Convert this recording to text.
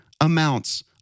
amounts